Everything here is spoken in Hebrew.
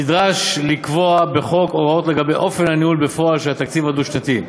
נדרש לקבוע בחוק הוראות לגבי אופן הניהול בפועל של התקציב הדו-שנתי,